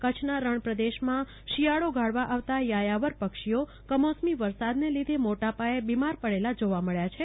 કરછના રણપ્રદેશમાં શિયાળો ગાળવા આવતા થાયાવર પક્ષીઓ કમોસમી વરસાદને લીધે મોટાપાયે બીમાર પડેલા જોવા મળે છે